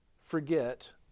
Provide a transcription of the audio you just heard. forget